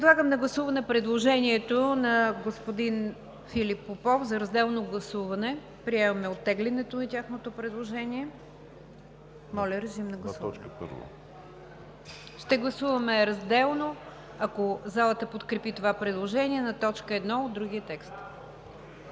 Подлагам на гласуване предложението на господин Филип Попов за разделно гласуване – приемаме оттеглянето на тяхното предложение. Гласуваме разделно, ако залата подкрепи това предложение, т. 1 от другия текст.